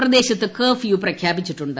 പ്രദേശൃത്ത് curfew പ്രഖ്യാപിച്ചിട്ടുണ്ട്